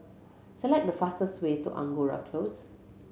select the fastest way to Angora Close